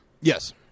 Yes